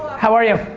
how are you?